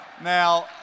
Now